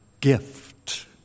gift